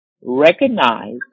Recognize